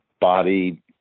body